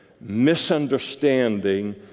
misunderstanding